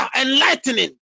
enlightening